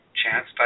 chance